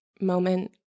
moment